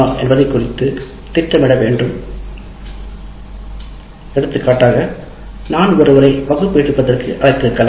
என்பதைக் குறித்தும் திட்டமிட வேண்டும் எடுத்துக்காட்டாக நான் ஒருவரை வகுப்பு எடுப்பதற்கு அழைத்திருக்கலாம்